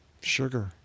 sugar